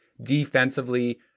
defensively